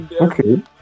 Okay